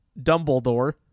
dumbledore